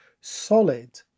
solid